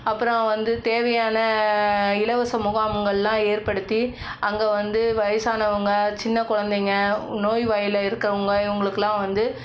அப்றம் வந்து தேவையான இலவச முகாம்கள்லாம் ஏற்படுத்தி அங்கே வந்து வயதானவங்க சின்ன குழந்தைங்க நோய் வாயில் இருக்கவங்க இவுங்களுக்கெல்லாம் வந்து